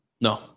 No